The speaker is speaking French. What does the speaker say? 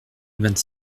vingt